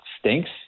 stinks